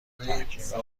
تحکیم